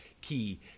key